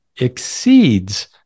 exceeds